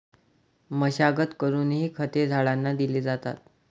मशागत करूनही खते झाडांना दिली जातात